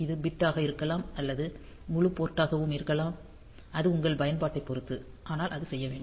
இது பிட் ஆக இருக்கலாம் அல்லது முழு போர்ட் டாகவும் இருக்கலாம் அது உங்கள் பயன்பாட்டைப் பொறுத்து ஆனால் அது செய்ய வேண்டும்